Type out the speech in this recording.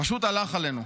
פשוט הלך עלינו.